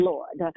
Lord